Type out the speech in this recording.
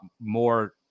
more